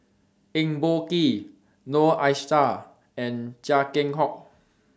Eng Boh Kee Noor Aishah and Chia Keng Hock